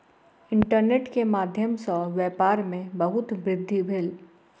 internet के माध्यम सॅ व्यापार में बहुत वृद्धि भेल